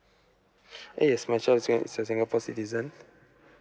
yes my child is a singapore citizen